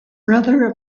brother